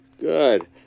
Good